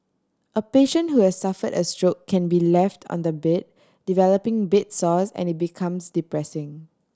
a patient who has suffered a stroke can be left on the bed developing bed sores and it becomes depressing